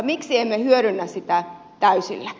miksi emme hyödynnä sitä täysillä